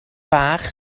bach